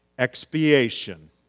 Expiation